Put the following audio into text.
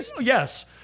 Yes